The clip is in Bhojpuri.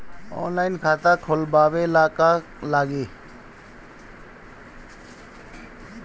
ऑनलाइन खाता खोलबाबे ला का का लागि?